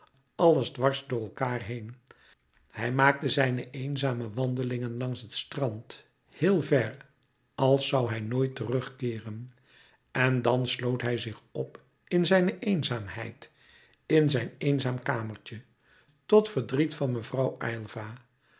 alles dwars door elkaâr heen hij maakte zijne eenzame wandelingen langs het strand heel ver als zoû hij nooit terugkeeren en dan sloot hij zich op in zijne eenzaamheid in zijn eenzaam kamertje tot verdriet van mevrouw